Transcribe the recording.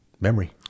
memory